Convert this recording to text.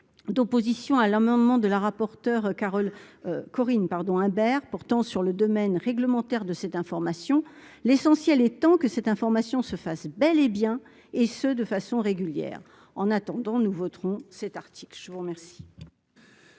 d'opposition à l'amendement de la rapporteure Carole Corinne pardon Imbert pourtant sur le domaine réglementaire de cette information, l'essentiel étant que cette information se fasse bel et bien, et ce de façon régulière, en attendant, nous voterons cet article, je vous remercie.